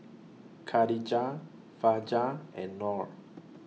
Khadija Fajar and Nor